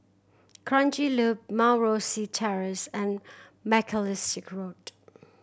Kranji Loop Mount Rosie Terrace and Macalister Road